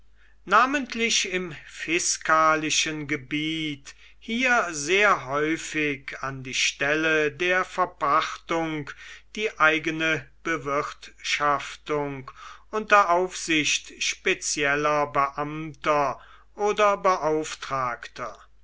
namentlich im fiskalischen gebiet hier sehr häufig an die stelle der verpachtung die eigene bewirtschaftung unter aufsicht spezieller beamter oder beauftragter